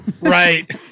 Right